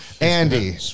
Andy